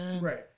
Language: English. Right